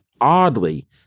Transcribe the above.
oddly